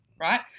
Right